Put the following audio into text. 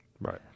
Right